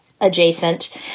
adjacent